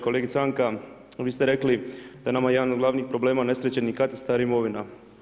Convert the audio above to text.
Kolegice Anka, vi ste rekli, da je nama jedan od glavnih problema unesrećenih katastar imovina.